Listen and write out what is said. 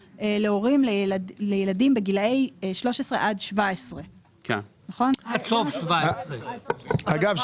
להורים בגילאי 13-17. עד סוף גיל 17. 18 פחות יום אחד מקבל.